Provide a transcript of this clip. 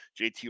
JT